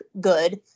good